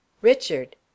Richard